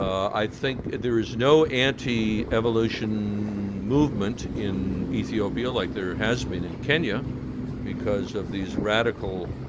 i think there is no anti-evolution movement in ethiopia like there has been in kenya because of these radical